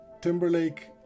Timberlake